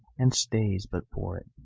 and stays but for it.